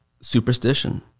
superstition